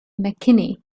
mckinney